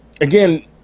again